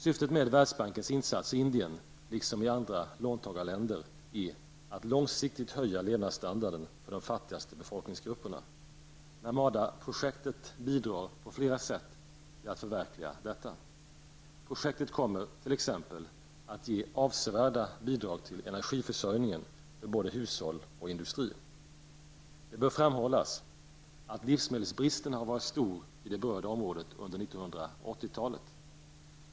Syftet med Världsbankens insatser i Indien, liksom i andra låntagarländer, är att långsiktigt höja levnadsstandarden för de fattigaste befolkningsgrupperna. Narmadaprojektet bidrar på flera sätt till att detta kan förverkligas. Projektet kommer t.ex. att ge avsevärda bidrag till energiförsörjningen för både hushåll och industri. Det bör framhållas att livsmedelsbristen har varit stor i det berörda området under 1980-talet.